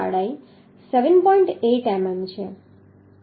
8 મીમી છે